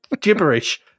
gibberish